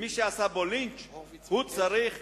ומי שעשה בו לינץ' הוא צריך